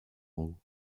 haut